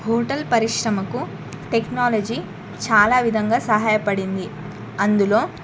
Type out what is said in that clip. hotel పరిశ్రమకు technology చాలా విధంగా సహాయపడింది అందులో